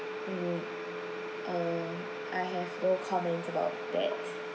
mm uh I have no comments about that